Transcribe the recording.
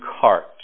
cart